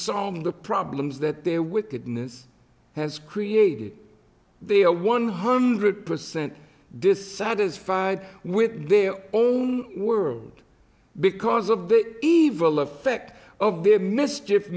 solving the problems that their wickedness has created they are one hundred percent dissatisfied with their own world because of the evil of fecht of their mischief